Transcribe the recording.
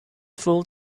full